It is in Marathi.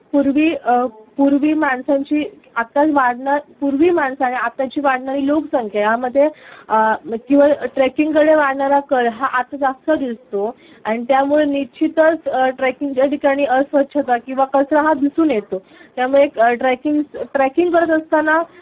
पूर्वी पूर्वी माणसांची आत्ता वाढणं पूर्वी माणसं आणि आत्ताची वाढणारी लोकसंख्या यामध्ये किंवा ट्रेकिंगकडे वाढणारा कल हा आत्ता जास्त दिसतो आणि त्यामुळे निश्चितच ट्रेकिंगच्या ठिकाणी अस्वच्छता किंवा कचरा हा दिसून येतो त्यामुळे ट्रेकिंग च ट्रेकिंग करत असताना